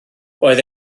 oedd